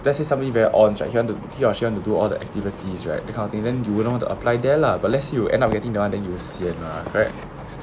this is somebody very you want to do you want to do all the activities right you kind of thing then you wouldn't want to apply de lah but lest you end up getting you want and you will see an correct